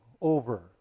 over